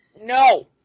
no